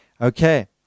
okay